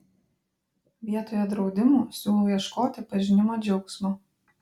vietoje draudimų siūlau ieškoti pažinimo džiaugsmo